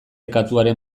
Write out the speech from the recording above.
katuaren